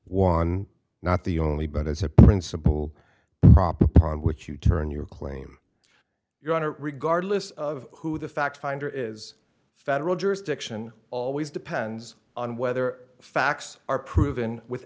one not the only but as a principle on which you turn your claim your honor regardless of who the fact finder is federal jurisdiction always depends on whether facts are proven with